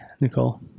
nicole